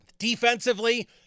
defensively